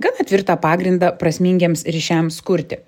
gana tvirtą pagrindą prasmingiems ryšiams kurti